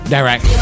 Direct